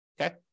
Okay